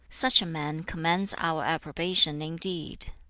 such a man commands our approbation indeed